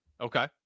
Okay